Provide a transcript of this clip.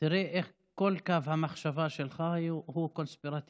תראה איך כל קו המחשבה שלך הוא קונספירטיבי.